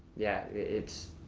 yeah it's,